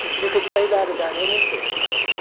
you could say that about anything, though.